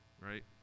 right